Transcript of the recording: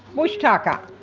bush tucker.